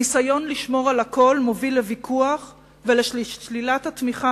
הניסיון לשמור על הכול מוביל לוויכוח ולשלילת התמיכה